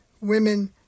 women